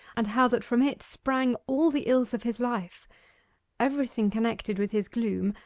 and how that from it sprang all the ills of his life everything connected with his gloom,